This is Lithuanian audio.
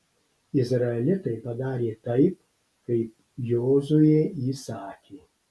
izraelitai padarė taip kaip jozuė įsakė